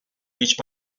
reached